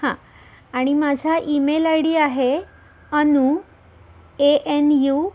हां आणि माझा ईमेल आय डी आहे अनु ए एन यू